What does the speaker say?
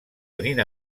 tenint